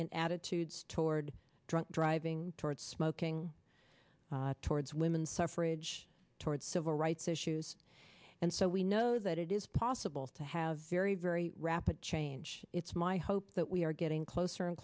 in attitudes toward drunk driving toward smoking towards women suffrage toward civil rights issues and so we know that it is possible to have very very rapid change it's my hope that we are getting closer and